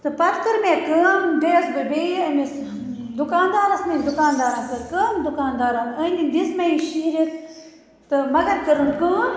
تہٕ پَتہٕ کٔر مےٚ کٲم گٔیَس بہٕ بیٚیہِ ایٚمِس دُکانٛدارَس نِش دُکانٛدارَن کٔر کٲم دُکانٛدارَن أنۍ یہِ دِژ مےٚ یہِ شیٖرِتھ تہٕ مگر کٔرٕن کٲم